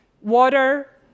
water